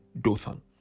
Dothan